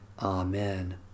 Amen